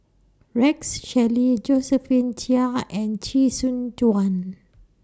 Rex Shelley Josephine Chia and Chee Soon Juan